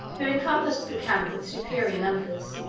who encompassed the camp with superior numbers,